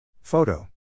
Photo